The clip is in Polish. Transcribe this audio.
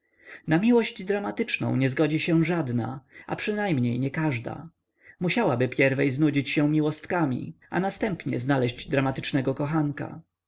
na miłość dramatyczną nie zgodzi się żadna a przynajmniej niekażda musiałaby pierwej znudzić się miłostkami a następnie znaleźć dramatycznego kochanka